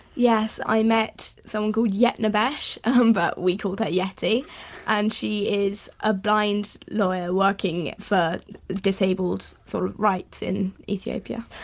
yes, i met someone called yetnebersh um but we called her yeti and she is a blind lawyer working for disabled sort of rights in ethiopia.